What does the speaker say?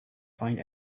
find